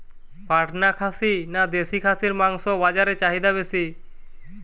পাটনা খাসি না দেশী খাসির মাংস বাজারে চাহিদা বেশি?